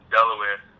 Delaware